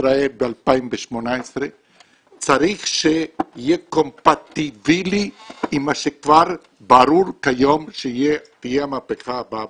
בישראל ב-2018 צריך שיהיה קומפטיבילי עם מה שכבר ברור שתהיה מהפכה.